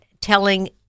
telling